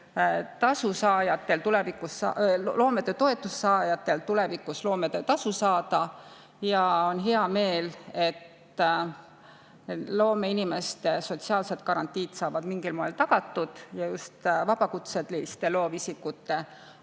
mis võimaldab loometöötoetuse saajatel tulevikus loometöötasu saada. On hea meel, et loomeinimeste sotsiaalsed garantiid saavad mingil moel tagatud, just vabakutseliste loovisikute. Ma tean